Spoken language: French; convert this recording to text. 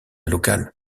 locale